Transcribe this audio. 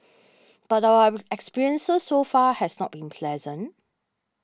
but our experiences so far has not been pleasant